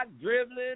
dribbling